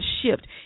shift